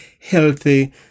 healthy